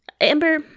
Amber